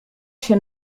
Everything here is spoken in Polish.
się